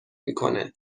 میکنه